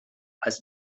als